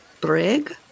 Brig